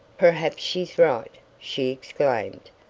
perhaps she's right, she exclaimed,